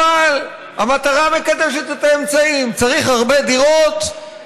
אבל המטרה מקדשת את האמצעים: צריך הרבה דירות,